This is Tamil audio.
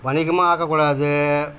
வணிகமாக ஆக்கக்கூடாது